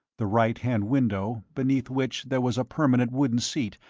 the right-hand window, beneath which there was a permanent wooden seat,